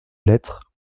lettre